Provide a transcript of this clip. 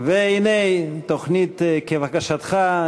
והנה, תוכנית כבקשתך.